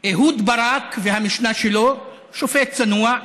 אהוד ברק והמשנה שלו, שופט צנוע,